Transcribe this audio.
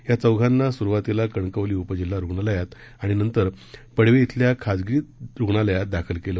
या चौघांना सुरुवातीला कणकवली उपजिल्हा रुग्णालयात आणि नंतर पडवे इथल्या खासगी रुग्णालयात दाखल करण्यात आलं